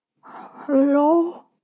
Hello